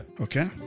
okay